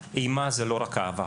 שאימא זאת לא רק אהבה